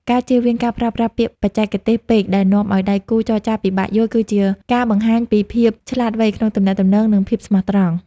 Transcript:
ការជៀសវាងការប្រើប្រាស់ពាក្យបច្ចេកទេសពេកដែលនាំឱ្យដៃគូចរចាពិបាកយល់ គឺជាការបង្ហាញពីភាពឆ្លាតវៃក្នុងទំនាក់ទំនង និងភាពស្មោះត្រង់។